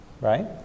right